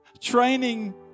training